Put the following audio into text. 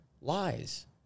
lies